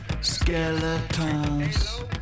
Skeletons